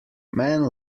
men